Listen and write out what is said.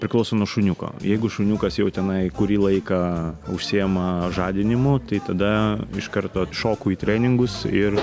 priklauso nuo šuniuko jeigu šuniukas jau tenai kurį laiką užsiima žadinimu tai tada iš karto šoku į treningus ir